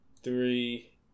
three